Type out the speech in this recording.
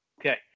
Okay